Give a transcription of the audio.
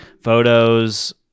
Photos